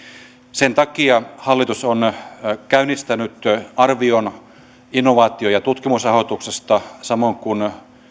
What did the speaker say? sen takia hallitus on käynnistänyt arvion innovaatio ja tutkimusrahoituksesta samoin kuin